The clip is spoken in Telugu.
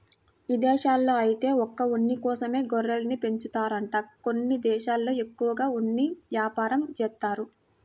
ఇదేశాల్లో ఐతే ఒక్క ఉన్ని కోసమే గొర్రెల్ని పెంచుతారంట కొన్ని దేశాల్లో ఎక్కువగా ఉన్ని యాపారం జేత్తారు